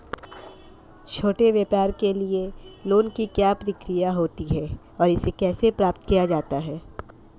छोटे व्यापार के लिए लोंन की क्या प्रक्रिया होती है और इसे कैसे प्राप्त किया जाता है?